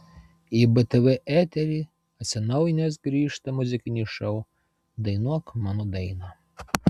į btv eterį atsinaujinęs grįžta muzikinis šou dainuok mano dainą